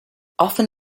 often